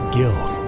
Guild